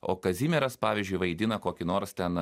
o kazimieras pavyzdžiui vaidina kokį nors ten